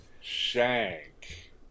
shank